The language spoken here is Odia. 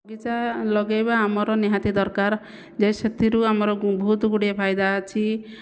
ବଗିଚା ଲଗାଇବା ଆମର ନିହାତି ଦରକାର ଯେ ସେଥିରୁ ଆମର ବହୁତ ଗୁଡ଼ିଏ ଫାଇଦା ଅଛି